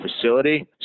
facility